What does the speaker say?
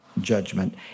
judgment